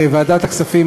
לוועדת הכספים,